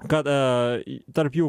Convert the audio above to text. kad a tarp jų